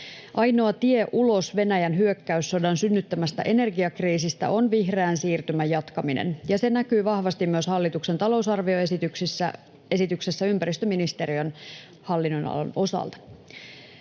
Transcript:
Ainoa tie ulos Venäjän hyökkäyssodan synnyttämästä energiakriisistä on vihreän siirtymän jatkaminen, ja se näkyy vahvasti myös hallituksen talousarvioesityksessä ympäristöministeriön hallinnonalan osalta.